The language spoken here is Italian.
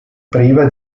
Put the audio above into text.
priva